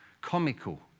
comical